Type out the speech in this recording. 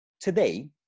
today